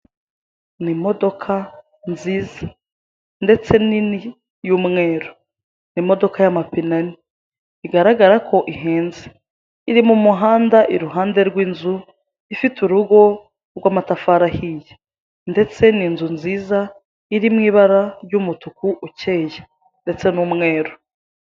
Ni imodoka nziza, ndetse nini y'umweru, ni imodoka y'amapine ane, bigaragara ko ihenze, iri mu muhanda i ruhande rw'inzu ifite uruhu rw'amatafari ahiye, ndetse ni inzu nziza iri mu ibara rw'umutuku ukeye ndetse n'umweru.